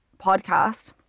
podcast